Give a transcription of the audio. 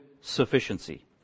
sufficiency